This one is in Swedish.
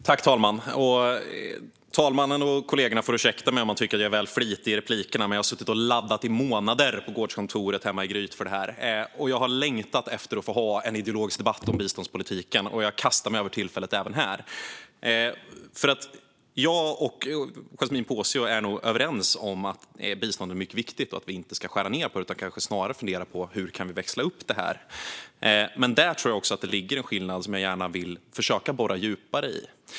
Herr talman! Talmannen och kollegorna får ursäkta om ni tycker att jag är väl flitig i replikerna, men jag har suttit och laddat i månader på gårdskontoret hemma i Gryt för den här debatten. Jag har längtat efter att få föra en ideologisk debatt om biståndspolitiken, och jag kastar mig över tillfället även här. Jag och Yasmine Posio är nog överens om att bistånd är viktigt och att vi inte ska skära ned på det utan snarare fundera över hur vi kan växla upp biståndet. Där tror jag också att det finns en skillnad som jag gärna vill försöka borra djupare i.